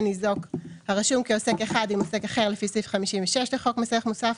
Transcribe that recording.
ניזוק הרשום כעוסק אחד עם עוסק אחר לפי סעיף 56 לחוק מס ערך מוסף,